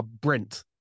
Brent